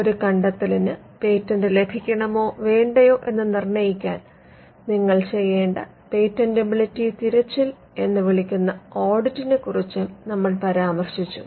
ഒരു കണ്ടെത്തലിന് പേറ്റന്റ് ലഭിക്കണമോ വേണ്ടയോ എന്ന് നിർണ്ണയിക്കാൻ നിങ്ങൾ ചെയ്യേണ്ട പേറ്റന്റെബിലിറ്റി തിരച്ചിൽ എന്ന് വിളിക്കുന്ന ഓഡിറ്റിനെക്കുറിച്ചും നമ്മൾ പരാമർശിച്ചു